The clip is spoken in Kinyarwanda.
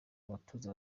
abatoza